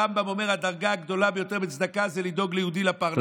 הרמב"ם אומר: הדרגה הגדולה ביותר בצדקה זה לדאוג ליהודי לפרנסה.